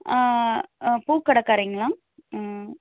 ஆ பூக்கடைகாரிங்களா ம்